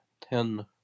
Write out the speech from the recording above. ten